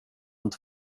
inte